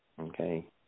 Okay